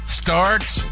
starts